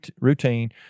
routine